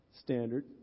standard